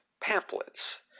pamphlets